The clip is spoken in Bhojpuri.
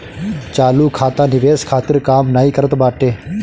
चालू खाता निवेश खातिर काम नाइ करत बाटे